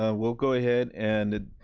ah we'll go ahead and.